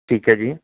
ਠੀਕ ਹੈ ਜੀ